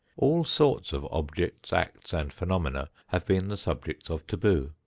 all sorts of objects, acts and phenomena have been the subjects of taboo,